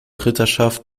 ritterschaft